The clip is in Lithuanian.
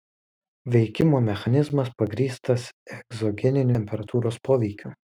veikimo mechanizmas pagrįstas egzogeniniu temperatūros poveikiu